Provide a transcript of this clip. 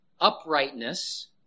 uprightness